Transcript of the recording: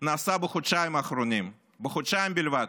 נעשה בחודשיים האחרונים, בחודשיים בלבד.